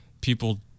people